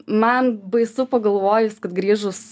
man baisu pagalvojus kad grįžus